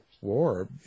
war